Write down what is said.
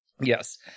Yes